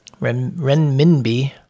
renminbi